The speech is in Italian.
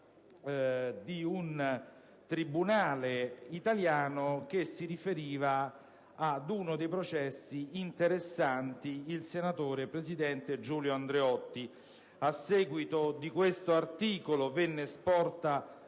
di un tribunale italiano che si riferiva a uno dei processi interessanti il senatore presidente Giulio Andreotti. A seguito di questo articolo, venne sporta